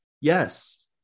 Yes